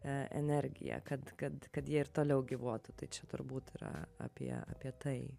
e energiją kad kad kad jie ir toliau gyvuotų tai čia turbūt yra apie apie tai